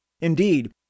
Indeed